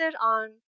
on